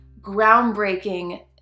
groundbreaking